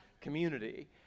community